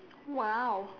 !wow!